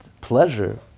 pleasure